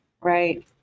Right